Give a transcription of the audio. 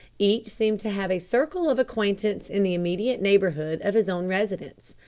each seemed to have a circle of acquaintance in the immediate neighbourhood of his own residence,